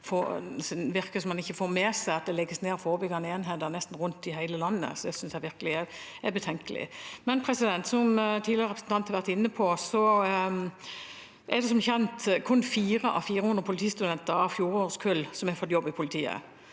det virker som man ikke får med seg at det legges ned forebyggende enheter nesten rundt om i hele landet. Det synes jeg virkelig er betenkelig. Som tidligere representanter har vært inne på, er det som kjent kun 4 av 400 politistudenter av fjorårets kull som har fått jobb i politiet.